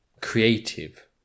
creative